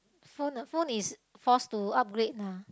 phone uh phone is force to upgrade lah